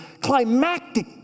climactic